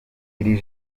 iri